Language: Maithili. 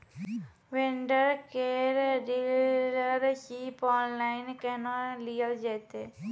भेंडर केर डीलरशिप ऑनलाइन केहनो लियल जेतै?